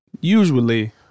usually